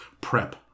prep